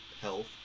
health